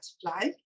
supply